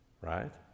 right